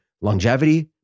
longevity